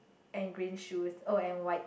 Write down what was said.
and green shoes oh and white